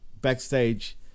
backstage